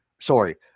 sorry